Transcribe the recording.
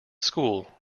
school